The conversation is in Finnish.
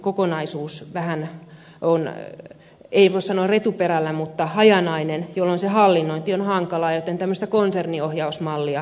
kokonaisuus on vähän ei voi sanoa retuperällä mutta hajanainen jolloin hallinnointi on hankalaa joten tämmöistä konserniohjausmallia kaipaisin tähän